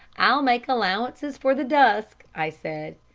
i'll make allowances for the dusk, i said.